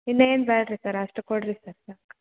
ಇನ್ನೇನು battery sir ಅಷ್ಟು ಕೊಡಿರಿ ಸರ್ ಸಾಕು